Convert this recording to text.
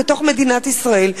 בתוך מדינת ישראל,